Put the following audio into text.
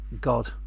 God